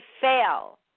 fail